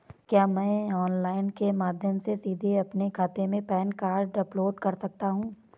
क्या मैं ऑनलाइन के माध्यम से सीधे अपने खाते में पैन कार्ड अपलोड कर सकता हूँ?